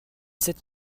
sept